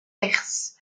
perse